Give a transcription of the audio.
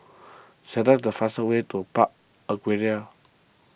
select the fast way to Park Aquaria